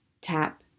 Tap